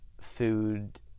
food